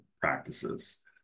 practices